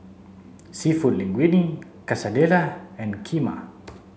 Seafood Linguine Quesadillas and Kheema